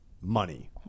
money